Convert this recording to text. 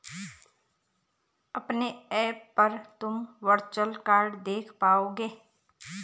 अपने ऐप पर तुम वर्चुअल कार्ड देख पाओगे